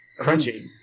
Crunchy